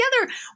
together